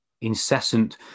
incessant